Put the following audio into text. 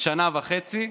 שנה וחצי.